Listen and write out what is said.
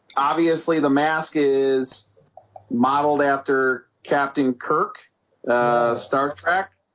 obviously the mask is modeled after captain kirk star trek